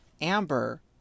Amber